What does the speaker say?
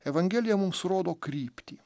evangelija mums rodo kryptį